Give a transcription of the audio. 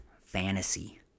fantasy